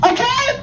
Okay